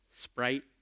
Sprite